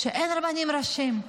שאין רבנים ראשיים.